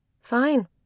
Fine